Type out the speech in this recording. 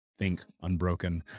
ThinkUnbroken